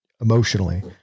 emotionally